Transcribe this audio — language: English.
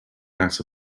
that